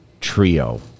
trio